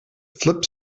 flip